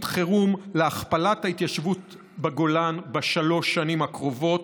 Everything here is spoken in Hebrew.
חירום להכפלת ההתיישבות בגולן בשלוש השנים הקרובות.